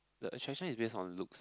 the attraction is based on looks